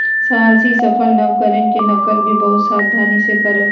साहसी सफल नवकरण के नकल भी बहुत सावधानी से करो हइ